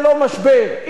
אם זה לא מחדל,